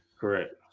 Correct